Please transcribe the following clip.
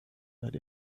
that